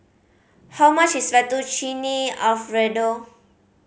how much is Fettuccine Alfredo